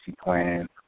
plan